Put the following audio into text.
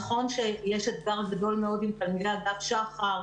נכון שיש אתגר גדול מאוד עם תלמידי אגף שח"ר,